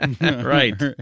Right